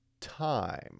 time